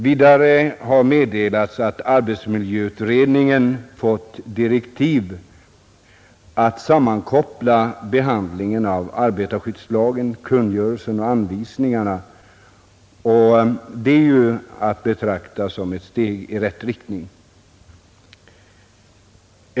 Vidare har meddelats att arbetsmiljöutredningen fått direktiv att sammankoppla behandlingen av arbetarskyddslagen, kungörelsen och anvisningarna, och det är ju att betrakta som ett steg i rätt riktning.